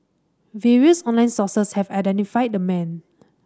various online sources have identified the man